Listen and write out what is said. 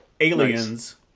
aliens